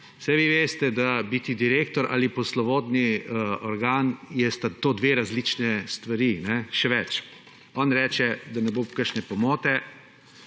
»Saj vi veste, da biti direktor ali poslovodni organ, sta to dve različni stvari.« Še več, on reče, da ne bo kakšne pomote,